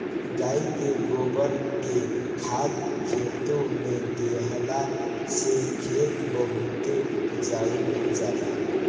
गाई के गोबर के खाद खेते में देहला से खेत बहुते उपजाऊ हो जाला